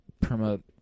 promote